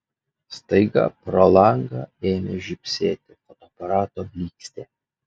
staiga pro langą ėmė žybsėti fotoaparato blykstė